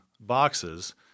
Boxes